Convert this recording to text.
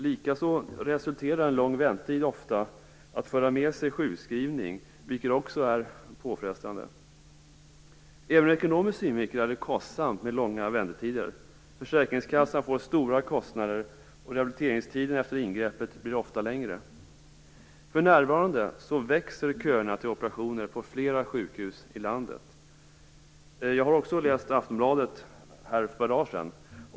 Likaså för en lång väntetid ofta med sig sjukskrivning. Det är också påfrestande. Även ur ekonomisk synvinkel är det kostsamt med långa väntetider. Försäkringskassan får stora kostnader, och rehabiliteringstiden efter ingreppet blir ofta längre. För närvarande växer köerna till operationer på flera sjukhus i landet. Jag har också läst Aftonbladet för ett par dagar sedan.